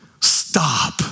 stop